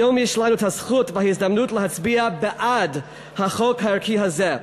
היום יש לנו הזכות וההזדמנות להצביע בעד החוק הערכי הזה.